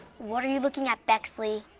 what are you looking at, bexley?